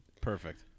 Perfect